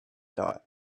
thought